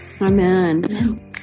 Amen